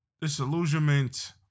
disillusionment